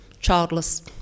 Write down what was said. childless